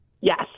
Yes